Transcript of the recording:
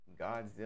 Godzilla